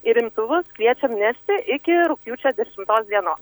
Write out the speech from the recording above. ir imtuvus kviečiam nešti iki rugpjūčio dešimtos dienos